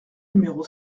numéro